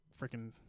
freaking